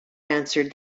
answered